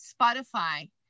Spotify